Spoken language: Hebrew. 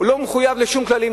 הוא לא מחויב לשום כללים,